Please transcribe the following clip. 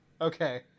Okay